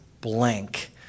blank